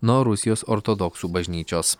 nuo rusijos ortodoksų bažnyčios